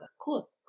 Cool